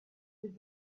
with